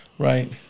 Right